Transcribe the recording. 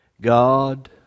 God